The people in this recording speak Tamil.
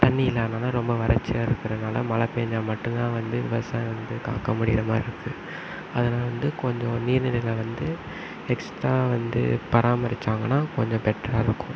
தண்ணி இல்லாதனால் ரொம்ப வறட்சியாக இருக்கிறனால மழை பேஞ்சா மட்டும் தான் வந்து விவசாயம் வந்து காக்க முடியறமாதிரி இருக்குது அதனால வந்து கொஞ்சம் நீர் நிலைகளை வந்து எக்ஸ்ட்டா வந்து பராமரிச்சாங்கன்னால் கொஞ்சம் பெட்டராக இருக்கும்